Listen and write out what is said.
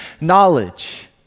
knowledge